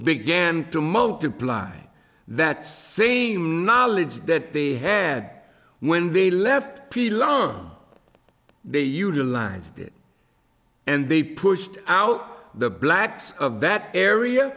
began to multiply that same knowledge that they had when they left the lawn they utilized it and they pushed out the blacks of that area